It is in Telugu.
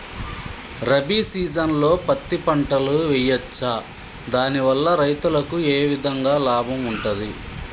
రబీ సీజన్లో పత్తి పంటలు వేయచ్చా దాని వల్ల రైతులకు ఏ విధంగా లాభం ఉంటది?